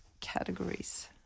categories